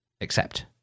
accept